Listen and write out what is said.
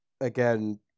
again